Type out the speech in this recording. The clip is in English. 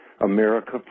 America